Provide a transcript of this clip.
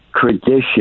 tradition